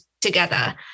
together